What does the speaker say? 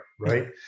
right